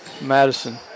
Madison